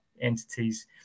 entities